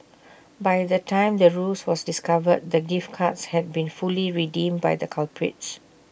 by the time the ruse was discovered the gift cards had been fully redeemed by the culprits